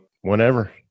whenever